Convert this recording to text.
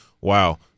wow